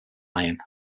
iron